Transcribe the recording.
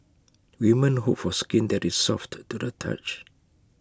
women hope for skin that is soft to the touch